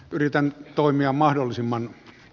yritän toimia mahdollisimman